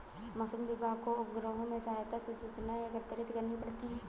मौसम विभाग को उपग्रहों के सहायता से सूचनाएं एकत्रित करनी पड़ती है